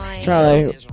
Charlie